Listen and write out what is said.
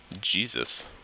Jesus